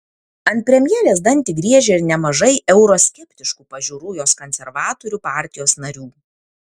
ant premjerės dantį griežia ir nemažai euroskeptiškų pažiūrų jos konservatorių partijos narių